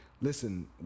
listen